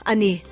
Ani